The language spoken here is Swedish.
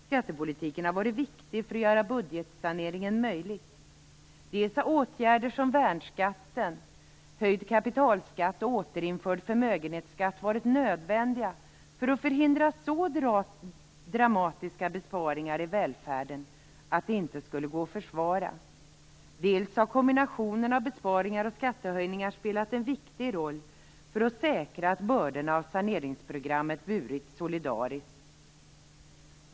Skattepolitiken har varit viktig för att göra budgetsaneringen möjlig. Dels har åtgärder som värnskatten, höjd kapitalskatt och återinförd förmögenhetsskatt varit nödvändiga för att förhindra så dramatiska besparingar i välfärden att de inte skulle gå att försvara. Dels har kombinationen av besparingar och skattehöjningar spelat en viktig roll för att säkra att bördorna av saneringsprogrammet burits solidariskt.